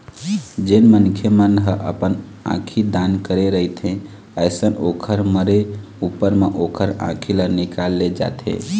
जेन मनखे मन ह अपन आंखी दान करे रहिथे अइसन ओखर मरे ऊपर म ओखर आँखी ल निकाल ले जाथे